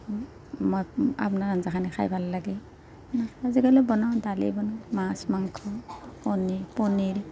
মই আপোনাৰ আঞ্জাখনেই খাই ভাল লাগে সেনেকৈ আজিকালি বনাওঁ দালি বনাওঁ মাছ মাংস কণী পনিৰ